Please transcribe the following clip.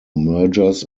mergers